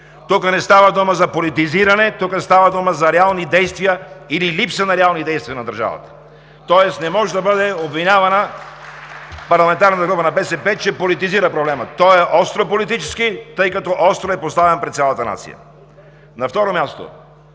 Тук не става дума за политизиране, тук става дума за реални действия или липса на реални действия на държавата. (Ръкопляскания от „БСП за България“.) Тоест не може да бъде обвинявана парламентарната група на БСП, че политизира проблема. Той е остро политически, тъй като е поставен остро пред цялата нация. На второ място,